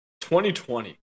2020